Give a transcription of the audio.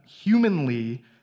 humanly